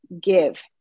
give